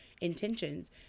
intentions